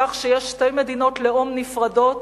כך שיש שתי מדינות לאום נפרדות,